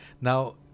Now